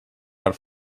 per